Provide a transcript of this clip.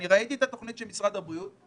אני ראיתי את התוכנית של משרד הבריאות,